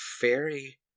Fairy